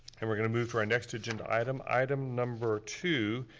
and we're gonna move to our next agenda item, item number two,